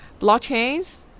blockchains